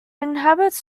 inhabits